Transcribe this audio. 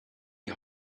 die